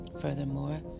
Furthermore